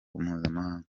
mpuzamahanga